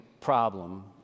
problem